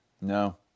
No